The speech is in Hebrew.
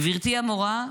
גברתי המורה,